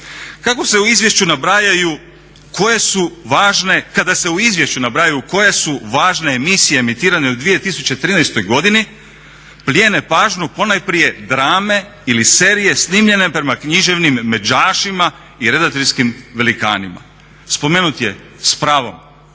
kada se u izvješću nabrajaju koje su važne emisije emitirane u 2013. godini plijene pažnju ponajprije drame ili serije snimljene prema književnim međašima i redateljskim velikanima. Spomenut je s pravom